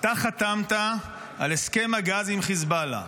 אתה חתמת על הסכם הגז עם חיזבאללה.